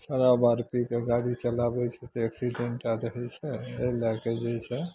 शराब आर पी कऽ गाड़ी चलाबै छै तऽ एक्सीडेंटे आर होइ छै ओहि लऽ कऽ जे छै